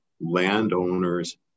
landowners